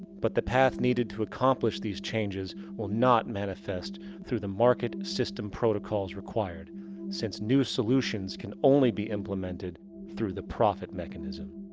but the path needed to accomplish these changes will not manifest through the market system protocols required since new solutions can only be implemented through the profit mechanism.